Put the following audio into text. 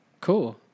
Cool